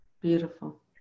Beautiful